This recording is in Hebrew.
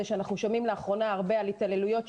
שאנחנו שומעים לאחרונה הרבה על התעללויות,